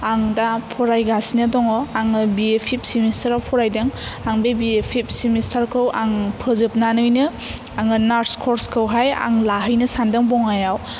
आं दा फरायगासिनो दङ आङो बिए फिफ्ट सेमिष्टाराव फरायदों आं बे बिए फिफ्ट सिमिष्टारखौ आं फोजोबनानैनो आङो नार्स कर्सखौहाय आं लाहैनो सानदों बङाइआव